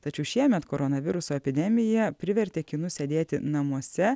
tačiau šiemet koronaviruso epidemija privertė kinus sėdėti namuose